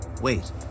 Wait